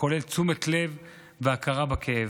הכולל תשומת לב והכרה בכאב.